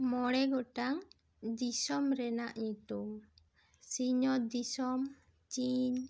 ᱢᱚᱬᱮ ᱜᱚᱴᱟᱝ ᱫᱤᱥᱚᱢ ᱨᱮᱱᱟᱜ ᱧᱩᱛᱩᱢ ᱥᱤᱧᱚᱛ ᱫᱤᱥᱚᱢ ᱪᱤᱱ